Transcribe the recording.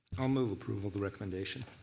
um move approval of the recommendation.